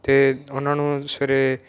ਅਤੇ ਉਹਨਾਂ ਨੂੰ ਸਵੇਰੇ